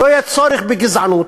לא יהיה צורך בגזענות.